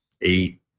eight